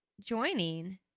joining